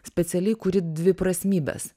specialiai kuri dviprasmybes